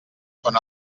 són